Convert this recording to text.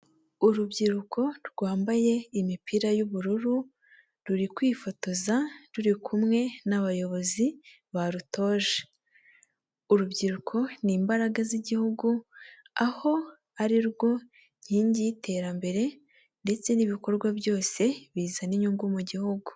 Urubyiruko rwambaye imipira y’ubururu, ruri kwifotoza ruri kumwe n'abayobozi barutoje. Urubyiruko ni imbaraga z'igihugu, aho ari rwo nkingi y'iterambere ndetse n'ibikorwa byose bizana inyungu mu gihugu.